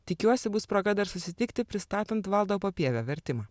tikiuosi bus proga dar susitikti pristatant valdo papievio vertimą